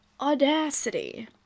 audacity